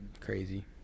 Crazy